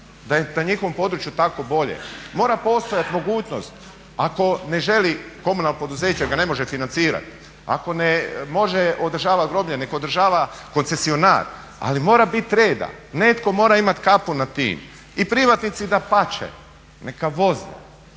da je na njihovom području tako bolje, mora postojati mogućnost ako ne želi komunalno poduzeće ga ne može financirati, ako ne može održavati groblja nek' održava koncesionar, ali mora bit reda. Netko mora imati kapu nad tim. I privatnici dapače, neka voze.